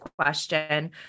question